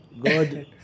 God